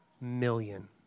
million